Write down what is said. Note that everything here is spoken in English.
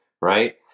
right